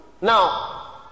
Now